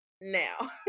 Now